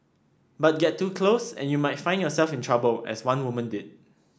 but get too close and you might find yourself in trouble as one woman did